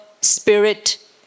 Spirit